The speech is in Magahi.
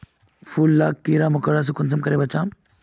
फूल लाक कीड़ा मकोड़ा से कुंसम करे बचाम?